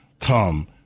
come